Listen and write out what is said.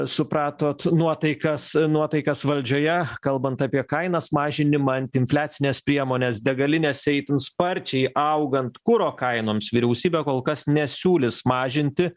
supratot nuotaikas nuotaikas valdžioje kalbant apie kainas mažinimą antiinfliacines priemones degalinėse itin sparčiai augant kuro kainoms vyriausybė kol kas nesiūlys mažinti